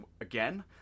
again